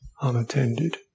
unattended